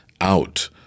out